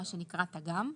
מה שנקרא תג"ם.